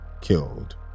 killed